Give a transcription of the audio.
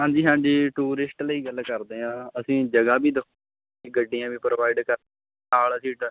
ਹਾਂਜੀ ਹਾਂਜੀ ਟੂਰਿਸਟ ਲਈ ਗੱਲ ਕਰਦੇ ਹਾਂ ਅਸੀਂ ਜਗ੍ਹਾ ਵੀ ਦਿਖ ਗੱਡੀਆਂ ਵੀ ਪ੍ਰੋਵਾਇਡ ਕਰ ਹਾਂ ਨਾਲ ਅਸੀਂ